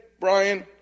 Brian